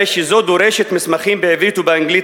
הרי שזו דורשת מסמכים בעברית ובאנגלית